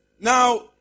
Now